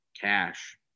cash